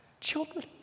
children